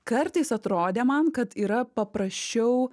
kartais atrodė man kad yra paprasčiau